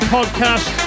Podcast